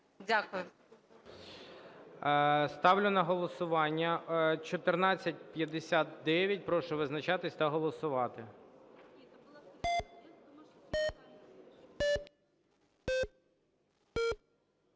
Ставлю на голосування 1493. Прошу визначатись та голосувати.